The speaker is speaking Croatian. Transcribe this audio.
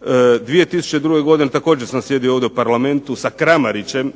2002. godine sam također sjedio ovdje u Parlamentu sa Kramarićem,